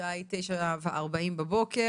השעה היא 09:40 בבוקר.